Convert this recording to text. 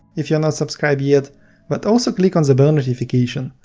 if you are not subscribed yet but also click on the bell notification,